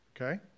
Okay